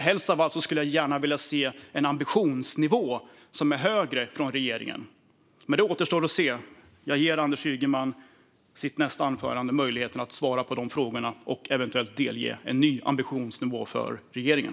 Helst av allt skulle jag vilja se en högre ambitionsnivå hos regeringen. Men det återstår att se. Jag ger Anders Ygeman möjlighet att i sitt nästa anförande svara på de frågorna och eventuellt delge mig en ny ambitionsnivå för regeringen.